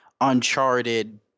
Uncharted